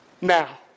Now